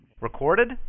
Recorded